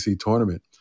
tournament